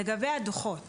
לגבי הדו"חות